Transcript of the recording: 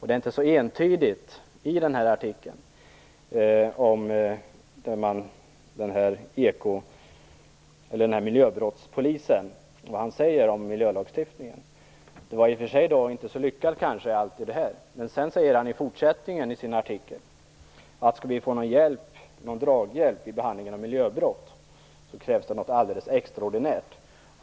Det som denna miljöbrottspolis säger om miljölagstiftningen är inte så entydigt. I och för sig var det kanske inte så lyckat, säger han. Vidare säger han att om man skall få någon draghjälp vid behandlingen av miljöbrott, krävs det något alldeles extraordinärt.